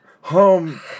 home